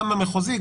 גם במחוזי,